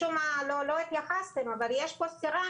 משום מה לא התייחסתם אבל יש פה סתירה